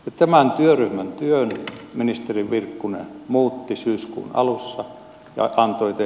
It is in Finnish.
tämän työryhmän työn ministeri virkkunen muutti syyskuun alussa nokan hoiti